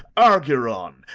argiron,